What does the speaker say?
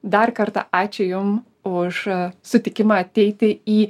dar kartą ačiū jum už sutikimą ateiti į